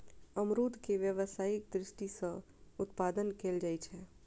अमरूद के व्यावसायिक दृषि सं उत्पादन कैल जाइ छै